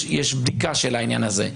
יש בדיקה של העניין הזה.